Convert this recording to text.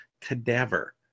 cadaver